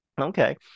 Okay